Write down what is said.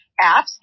apps